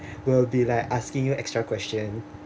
will be like asking you extra question